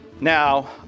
Now